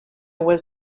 was